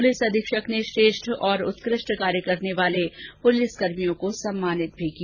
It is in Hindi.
पुलिस अधीक्षक ने श्रेष्ठ उत्कृष्ट कार्य करने वाले पुलिसकर्मियों को सम्मानित किया